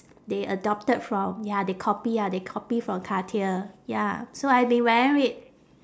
they adopted from ya they copy ya they copy from cartier ya so I've been wearing it